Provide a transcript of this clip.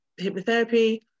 hypnotherapy